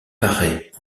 paraît